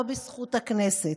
לא בזכות הכנסת,